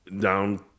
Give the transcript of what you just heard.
down